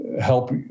help